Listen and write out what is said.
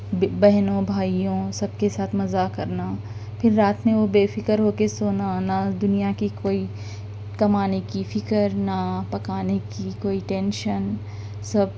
بہنوں بھائیوں سب کے ساتھ مزا کرنا پھر رات میں وہ بے فکر ہو کے سونا نہ دنیا کی کوئی کمانے کی فکر نہ پکانے کی کوئی ٹینشن سب